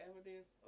evidence